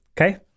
Okay